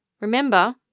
remember